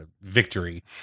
victory